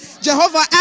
Jehovah